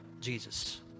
Jesus